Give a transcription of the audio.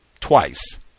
twice